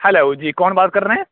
hello جی کون بات کر رہے ہیں